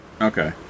okay